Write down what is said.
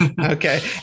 Okay